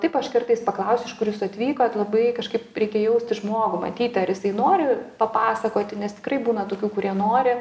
taip aš kartais paklausiu iš kur jūs atvykot labai kažkaip reikia jausti žmogų matyti ar jisai nori papasakoti nes tikrai būna tokių kurie nori